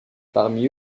parmi